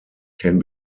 can